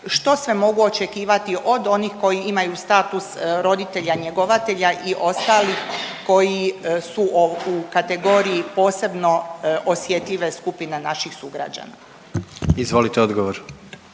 što sve mogu očekivati od onih koji imaju status roditelja-njegovatelja i ostalih koji su u kategoriji posebno osjetljive skupine naših sugrađana? **Jandroković,